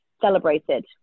celebrated